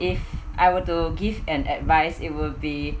if I were to give an advice it will be